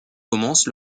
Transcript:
commence